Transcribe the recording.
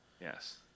Yes